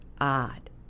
odd